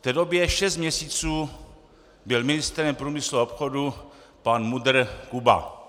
V té době šest měsíců byl ministrem průmyslu a obchodu pan MUDr. Kuba.